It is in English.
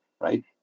right